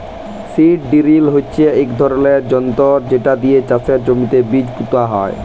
seed drill হচ্যে ইক ধরলের যনতর যেট দিয়ে চাষের জমিতে বীজ পুঁতা হয়